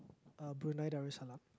uh Brunei-Darussalam